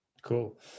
Cool